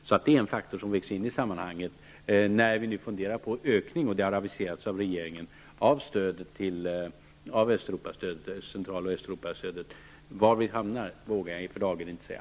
Det är alltså en faktor som vägs in i sammanhanget när vi funderar på en ökning -- det har aviserats av regeringen -- av Central och Östeuropastödet. Var vi hamnar vågar jag för dagen inte säga.